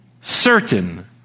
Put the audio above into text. certain